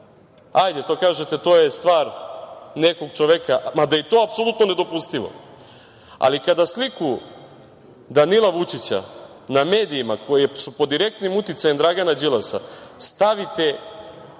mrežama, to je stvar nekog čoveka, mada je i to apsolutno nedopustivo, ali kada sliku Danila Vučića na medijima koji su pod direktnim uticajem Dragana Đilasa stavite